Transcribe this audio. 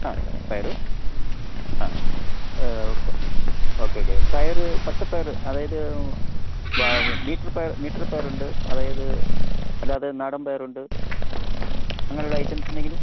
ആ പയറ് ആ ഉപ്പ് ഓക്കെ ഓക്കെ പയർ പച്ചപ്പയർ അതായത് മീറ്ററ് പയർ മീറ്റർ പയറുണ്ട് അതായത് അല്ലാതെ നാടൻ പയറുണ്ട് അങ്ങനെയുള്ള ഐറ്റംസ് എന്തെങ്കിലും